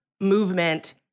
movement